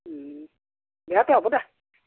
দে তে হ'ব দে